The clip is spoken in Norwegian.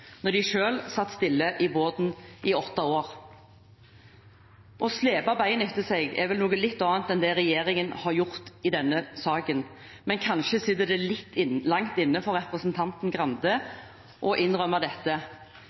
når de selv satt stille i båten i åtte år. Å slepe beina etter seg er vel noe litt annet enn det regjeringen har gjort i denne saken, men kanskje sitter det litt langt inne for representanten Grande å innrømme dette.